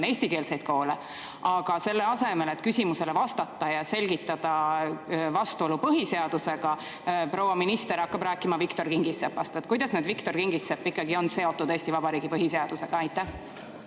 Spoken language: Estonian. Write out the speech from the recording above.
eestikeelseid koole, aga selle asemel, et küsimusele vastata ja selgitada vastuolu põhiseadusega, proua minister hakkab rääkima Viktor Kingissepast? Kuidas nüüd Viktor Kingissepp ikkagi on seotud Eesti Vabariigi põhiseadusega? Aitäh,